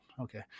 Okay